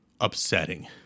upsetting